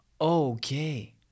okay